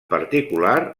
particular